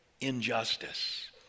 injustice